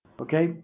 Okay